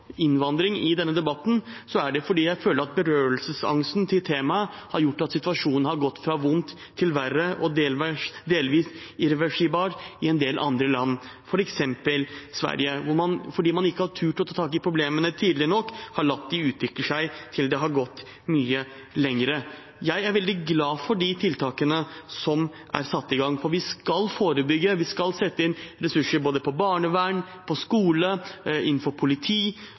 innvandring i denne debatten, er det fordi jeg føler at berøringsangsten for temaet har gjort at situasjonen har gått fra vondt til verre og blitt delvis irreversibel i en del andre land – f.eks. i Sverige, hvor man fordi man ikke har turt å ta tak i problemene tidlig nok, har latt dem utvikle seg til det har gått mye lenger. Jeg er veldig glad for de tiltakene som er satt i gang. Vi skal forebygge, vi skal sette inn ressurser innenfor både barnevern, skole, politi